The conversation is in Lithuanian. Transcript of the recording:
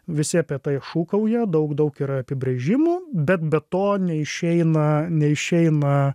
visi apie tai šūkauja daug daug yra apibrėžimų bet be to neišeina neišeina